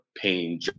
paying